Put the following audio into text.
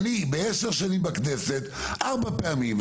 אני עשר שנים בכנסת וכבר ארבע פעמים,